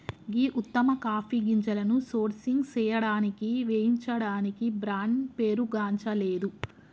గీ ఉత్తమ కాఫీ గింజలను సోర్సింగ్ సేయడానికి వేయించడానికి బ్రాండ్ పేరుగాంచలేదు